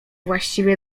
właściwie